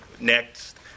next